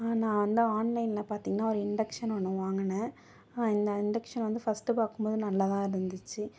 நான் வந்து ஆன்லைனில் பார்த்திங்கனா ஒரு இண்டக்ஷன் ஒன்று வாங்கினேன் இந்த இண்டக்ஷன் வந்து ஃபர்ஸ்ட்டு பார்க்குமோது நல்லா தான் இது இருந்துச்சு